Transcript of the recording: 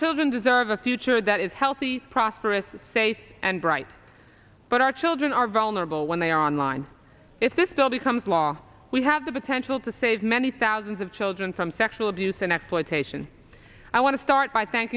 children deserve a future that is healthy prosperous safe and bright but our children are vulnerable when they are on line if this bill becomes law we have the potential to save many thousands of children from sexual abuse and exploitation i want to start by